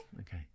Okay